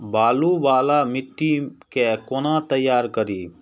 बालू वाला मिट्टी के कोना तैयार करी?